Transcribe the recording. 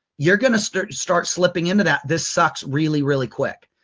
you're going to start to start slipping into that this sucks really really quick.